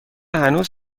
هنوز